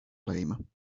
lame